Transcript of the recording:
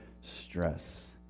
stress